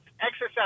exercise